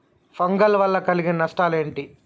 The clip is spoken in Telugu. ఫంగల్ వల్ల కలిగే నష్టలేంటి?